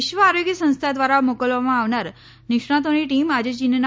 વિશ્વ આરોગ્ય સંસ્થા દ્વારા મોકલવામાં આવનાર નિષ્ણાંતોની ટીમ આજે ચીનના